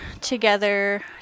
together